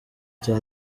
cya